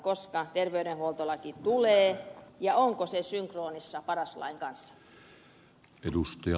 koska terveydenhuoltolaki tulee ja onko se synkronissa paras lain kanssa